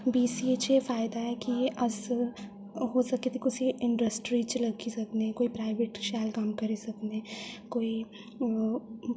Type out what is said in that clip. BCA च एह् फाएदा ऐ कि अस होई सकै ते कुसै इंडस्ट्री च लग्गी सकने कोई प्राइवेट शैल कम्म करी सकने कोई